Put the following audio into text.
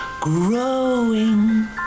growing